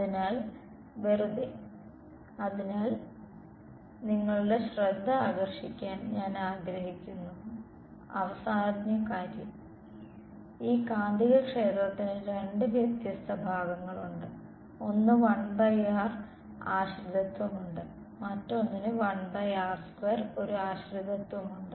അതിനാൽ വെറുതെ അതിനാൽ നിങ്ങളുടെ ശ്രദ്ധ ആകർഷിക്കാൻ ഞാൻ ആഗ്രഹിക്കുന്ന അവസാന കാര്യം ഈ കാന്തികക്ഷേത്രത്തിന് രണ്ട് വ്യത്യസ്ത ഭാഗങ്ങളുണ്ട് ഒന്നിന് 1r ആശ്രിതത്വമുണ്ട് മറ്റൊന്നിന് ഒരു ആശ്രിതത്വമുണ്ട്